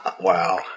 Wow